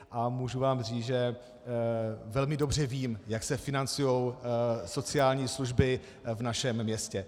A můžu vám říct, že velmi dobře vím, jak se financují sociální služby v našem městě.